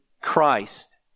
Christ